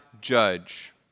judge